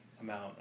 amount